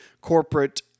corporate